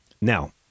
Now